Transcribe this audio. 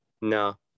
No